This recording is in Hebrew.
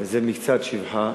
זה מקצת שבחה